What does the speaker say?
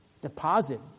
deposit